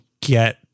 get